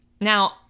Now